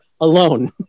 alone